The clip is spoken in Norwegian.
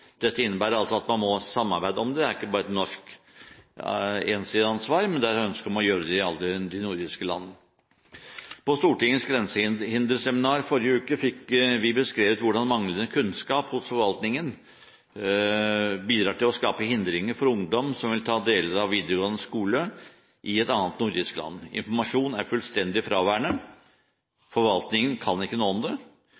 Dette innebærer altså at man må samarbeide om det, at det ikke bare er et ensidig norsk ansvar, men et ønske om å gjøre det i alle de nordiske land. På Stortingets grensehinderseminar forrige uke fikk vi beskrevet hvordan manglende kunnskap hos forvaltningen bidrar til å skape hindringer for ungdom som vil ta deler av videregående skole i et annet nordisk land. Informasjon er fullstendig fraværende,